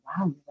Wow